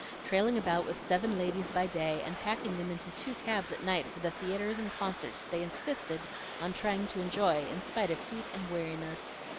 trailing about with seven ladies by day and packing them into two cabs at night for the theatres and concerts they insisted on trying to enjoy in spite of heat and weariness.